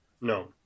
no